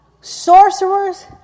sorcerers